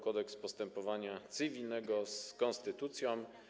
Kodeks postępowania cywilnego z konstytucją.